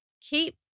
keep